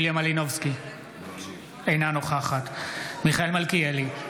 אינה נוכחת מיכאל מלכיאלי,